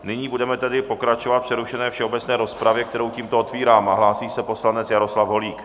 Nyní budeme tedy pokračovat v přerušené všeobecné rozpravě, kterou tímto otevírám, a hlásí se poslanec Jaroslav Holík.